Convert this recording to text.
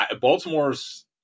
Baltimore's